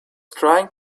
trying